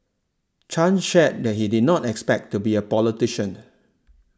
Chan shared that he did not expect to be a politician